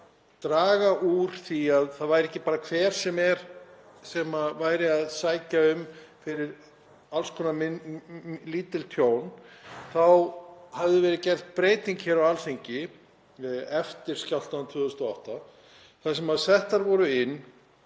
draga úr því að það væri ekki bara hver sem er sem væri að sækja um fyrir alls konar lítil tjón þá hefði verið gerð breyting hér á Alþingi eftir skjálftann árið 2008 þar sem settar voru inn